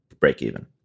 break-even